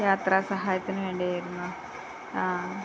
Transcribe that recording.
യാത്രാസഹായത്തിനു വേണ്ടിയായിരുന്നു ആ